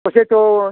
वैसे तो